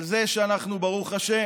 על זה שאנחנו, ברוך השם,